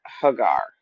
Hagar